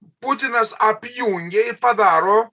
putinas apjungė i padaro